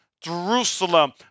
Jerusalem